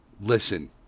listen